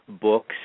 books